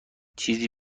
چیزی